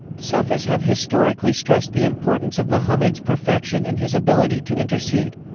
sufis have historically stressed the importance of muhammad's perfection and his ability to intercede.